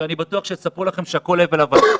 שאני בטוח שיספרו לכם שהכול הבל הבלים.